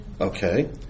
Okay